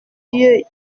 yeux